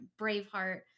Braveheart